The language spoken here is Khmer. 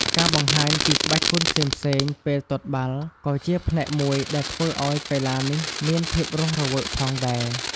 ការបង្ហាញពីក្បាច់គុនផ្សេងៗពេលទាត់បាល់ ក៏ជាផ្នែកមួយដែលធ្វើឲ្យកីឡានេះមានភាពរស់រវើកផងដែរ។